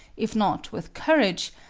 if not with courage,